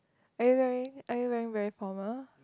are you wearing are you wearing very formal